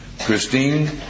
Christine